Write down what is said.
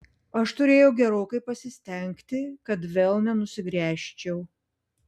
aš turėjau gerokai pasistengti kad vėl nenusigręžčiau